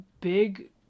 big